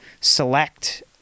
select